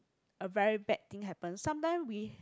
a very bad thing happen sometime we